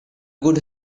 good